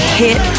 hit